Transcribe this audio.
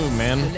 man